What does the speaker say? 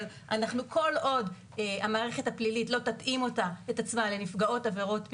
אבל כל עוד המערכת הפלילית לא תתאים את עצמה לנפגעות עבירות מין,